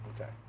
Okay